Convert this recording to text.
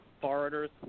foreigners